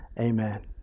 Amen